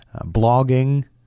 blogging